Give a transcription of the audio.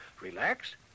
relax